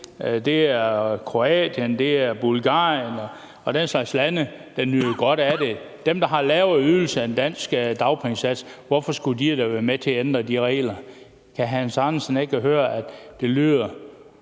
det er Kroatien, det er Bulgarien; det er den slags lande, der nyder godt af det. Hvorfor skulle de, der har lavere ydelser end den danske dagpengesats, da være med til at ændre de regler? Kan hr. Hans Andersen ikke høre, at det lyder